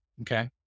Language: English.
okay